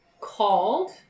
called